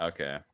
Okay